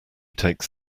takes